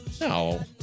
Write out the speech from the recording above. No